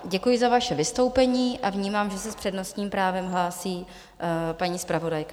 Děkuji za vaše vystoupení a vnímám, že se s přednostním právem hlásí paní zpravodajka.